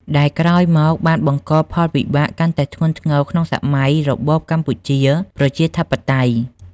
ដែលក្រោយមកបានបង្កផលវិបាកកាន់តែធ្ងន់ធ្ងរក្នុងសម័យរបបកម្ពុជាប្រជាធិបតេយ្យ។